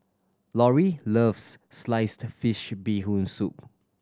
Lorri loves sliced fish Bee Hoon Soup